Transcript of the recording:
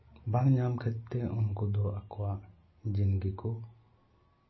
ᱵᱟᱝ ᱧᱟᱢ ᱠᱷᱟᱹᱛᱤᱨ ᱛᱮ ᱩᱱᱠᱩ ᱫᱚ ᱟᱠᱚᱣᱟᱜ ᱡᱤᱱ ᱜᱮᱠᱚ